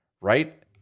right